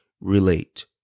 relate